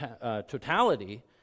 totality